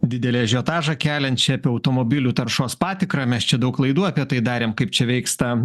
didelį ažiotažą keliančią apie automobilių taršos patikrą mes čia daug laidų apie tai darėm kaip čia veiks ta